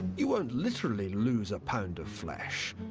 you won't literally lose a pound of flesh,